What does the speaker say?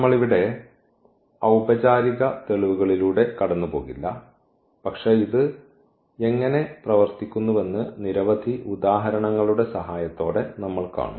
നമ്മൾ ഇവിടെ ഔപചാരിക തെളിവുകളിലൂടെ കടന്നുപോകില്ല പക്ഷേ ഇത് എങ്ങനെ പ്രവർത്തിക്കുന്നുവെന്ന് നിരവധി ഉദാഹരണങ്ങളുടെ സഹായത്തോടെ നമ്മൾ കാണും